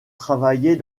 travailler